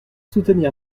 soutenir